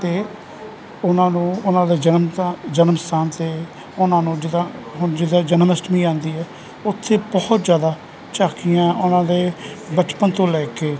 ਅਤੇ ਉਹਨਾਂ ਨੂੰ ਉਹਨਾਂ ਦੇ ਜਨਮ ਸਥਾ ਜਨਮ ਸਥਾਨ 'ਤੇ ਉਹਨਾਂ ਨੂੰ ਜਿੱਦਾਂ ਹੁਣ ਜਿੱਦਾਂ ਜਨਮ ਅਸ਼ਟਮੀ ਆਉਂਦੀ ਹੈ ਉੱਥੇ ਬਹੁਤ ਜ਼ਿਆਦਾ ਝਾਕੀਆਂ ਉਹਨਾਂ ਦੇ ਬਚਪਨ ਤੋਂ ਲੈ ਕੇ